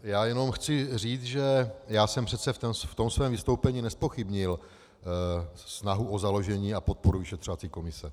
Já jenom chci říct, že jsem přece v tom svém vystoupení nezpochybnil snahu o založení a podpoření vyšetřovací komise.